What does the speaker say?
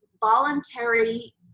voluntary